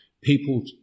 People